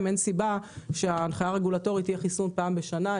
אין שום סיבה שההנחיה הרגולטורית תורה לעשות זאת פעם בשנה.